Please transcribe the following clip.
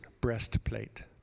breastplate